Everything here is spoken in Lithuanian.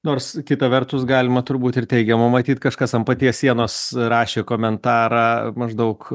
nors kita vertus galima turbūt ir teigiama matyt kažkas ant paties sienos rašė komentarą maždaug